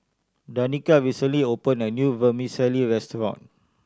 Danica recently opened a new Vermicelli restaurant